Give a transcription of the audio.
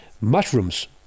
mushrooms